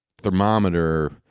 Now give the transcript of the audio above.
thermometer